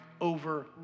over